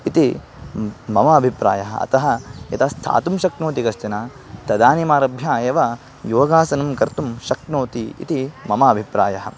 इति मम अभिप्रायः अतः यदा स्थातुं शक्नोति कश्चन तदानीम् आरभ्य एव योगासनं कर्तुं शक्नोति इति मम अभिप्रायः